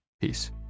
Peace